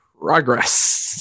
Progress